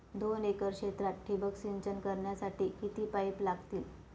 दोन एकर क्षेत्रात ठिबक सिंचन करण्यासाठी किती पाईप लागतील?